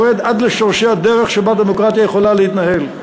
שיורד עד לשורשי הדרך שבה דמוקרטיה יכולה להתנהל.